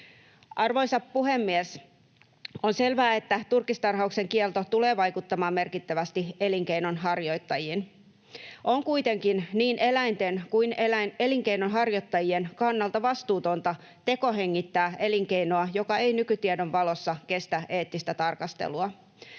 Arvoisa puhemies! On selvää, että turkistarhauksen kielto tulee vaikuttamaan merkittävästi elinkeinonharjoittajiin. On kuitenkin niin eläinten kuin elinkeinonharjoittajien kannalta vastuutonta tekohengittää elinkeinoa, joka ei nykytiedon valossa kestä eettistä tarkastelua.